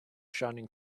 shining